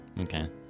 Okay